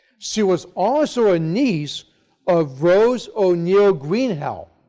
she was also a niece of rose o'neal greenhow,